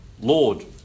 Lord